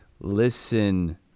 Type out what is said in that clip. Listen